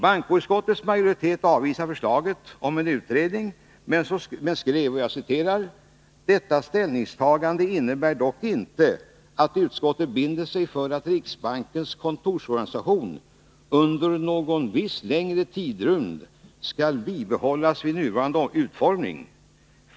Bankoutskottets majoritet avvisade förslaget om en utredning men skrev: ”Detta ställningstagande innebär dock inte att utskottet binder sig för att riksbankens kontorsorganisation under någon viss längre tidrymd skall bibehållas vid nuvarande utformning.